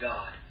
God